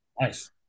Nice